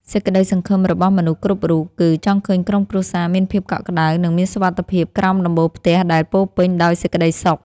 សេចក្ដីសង្ឃឹមរបស់មនុស្សគ្រប់រូបគឺ ចង់ឃើញក្រុមគ្រួសារមានភាពកក់ក្ដៅនិងមានសុវត្ថិភាពក្រោមដំបូលផ្ទះដែលពោរពេញដោយសេចក្ដីសុខ។